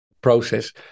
process